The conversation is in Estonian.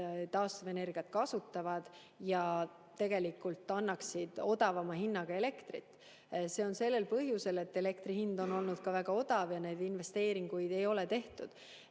taastuvenergiat ja tegelikult annaksid odavama hinnaga elektrit? Sellel põhjusel, et elektri hind on olnud ka väga odav ja neid investeeringuid ei ole tehtud.